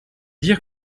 dire